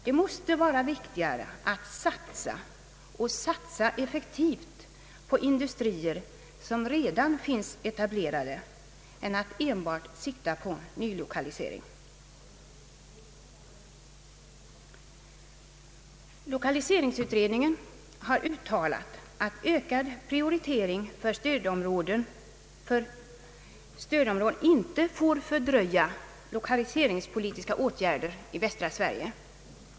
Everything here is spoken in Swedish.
Det måste vara viktigare att satsa och satsa effektivt på industrier som redan finns etablerade än att enbart sikta på nylokalisering. Lokaliseringsutredningen har uttalat att ökad prioritering för stödområden inte får fördröja lokaliseringspolitiska åtgärder i västra Sverige.